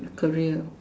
your career